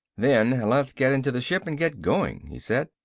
then let's get into the ship and get going, he said.